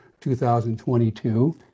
2022